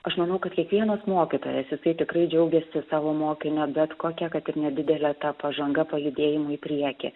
aš manau kad kiekvienas mokytojas jisai tikrai džiaugiasi savo mokinio bet kokia kad ir nedidele ta pažanga pajudėjimu į priekį